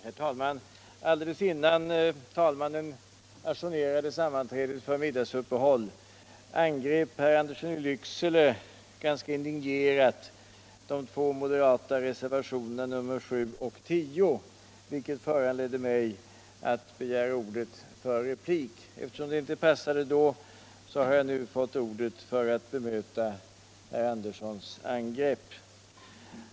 Herr talman! Alldeles innan talmannen ajournerade sammanträdet för middagsuppehåll angrep herr Andersson i Lycksele ganska indignerat de två moderata reservationerna nr 7 och 10, vilket föranledde mig att begära ordet för replik. Eftersom det inte passade då, har jag nu fått ordet för att bemöta herr Anderssons. angrepp.